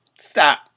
stop